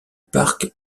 parc